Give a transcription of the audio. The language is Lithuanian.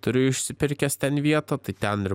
turiu išsipirkęs ten vietą tai ten ir